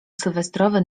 sylwestrowy